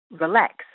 relax